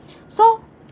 so